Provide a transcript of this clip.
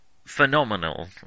Phenomenal